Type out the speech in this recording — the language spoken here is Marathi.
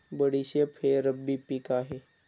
बडीशेप हे रब्बी पिक आहे